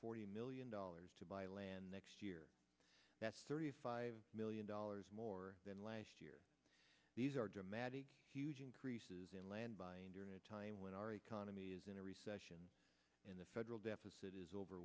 forty million dollars to buy a land next year that's thirty five million dollars more than last year these are dramatic increases in land by a time when our economy is in a recession and the federal deficit is over